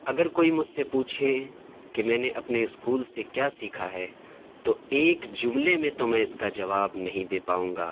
اگر کوئی مجھ سے پوچھے کہ میں نے اپنے اسکول سے کیا سیکھا ہے تو ایک جملے میں تو میں اس کا جواب نہیں دے پاؤں گا